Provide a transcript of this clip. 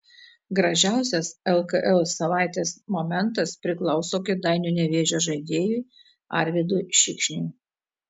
gražiausias lkl savaitės momentas priklauso kėdainių nevėžio žaidėjui arvydui šikšniui